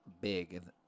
big